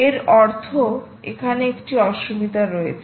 এর অর্থ এখানে একটি অসুবিধা রয়েছে